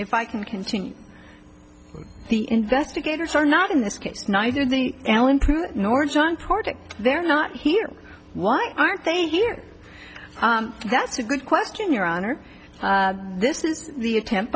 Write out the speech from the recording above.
if i can continue the investigators are not in this case neither the alan nor john porter they're not here why aren't they here that's a good question your honor this is the attempt